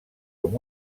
com